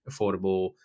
affordable